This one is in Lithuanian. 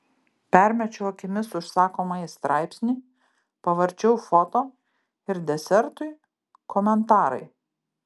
permečiau akimis užsakomąjį straipsnį pavarčiau foto ir desertui komentarai